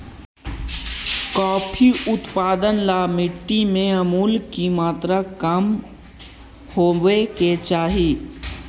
coffee उत्पादन ला मिट्टी में अमूल की मात्रा कम होवे के चाही